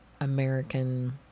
American